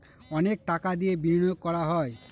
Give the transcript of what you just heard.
অনেক টাকা দিয়ে বিনিয়োগ করা হয়